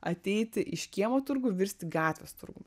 ateiti iš kiemo turgu virsti gatvės turgum